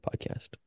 podcast